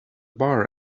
bar